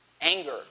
anger